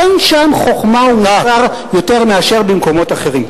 אין שם חוכמה ומוסר יותר מאשר במקומות אחרים.